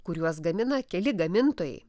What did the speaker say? kuriuos gamina keli gamintojai